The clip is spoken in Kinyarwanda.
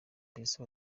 mbese